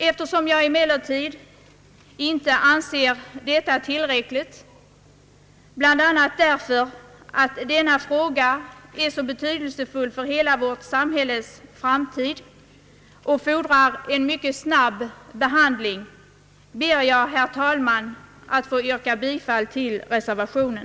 Eftersom jag dock inte anser detta tillräckligt, bl.a. därför att denna fråga är så betydelsefull för hela vårt sam hälles framtid och fordrar en mycket snabb behandling, ber jag, herr talman, att få yrka bifall till reservationen.